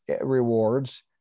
rewards